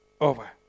over